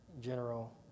general